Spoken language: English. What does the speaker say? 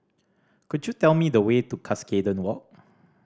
could you tell me the way to Cuscaden Walk